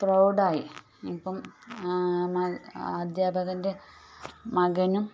പ്രൗഡായി ഇപ്പം അദ്ധ്യാപകൻ്റെ മകനും